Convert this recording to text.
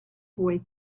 boy